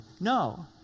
No